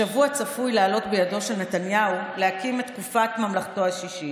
השבוע צפוי לעלות בידו של נתניהו להקים את תקופת ממלכתו השישית.